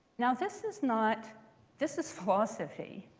now this is not this is philosophy.